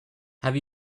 have